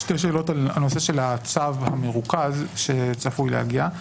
שתי שאלות על הנושא של הצו המרוכז שצפוי להגיע.